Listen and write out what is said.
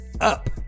up